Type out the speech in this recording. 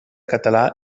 català